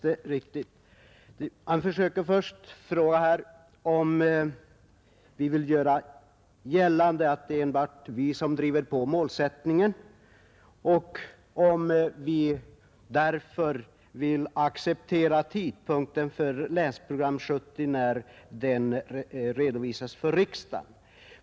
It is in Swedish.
Herr Nilsson frågar först om vi vill göra gällande att det är centerpartiet som driver på målsättningen och om vi vill acceptera att vänta med diskussionen tills Länsprogram 1970 redovisas för riksdagen.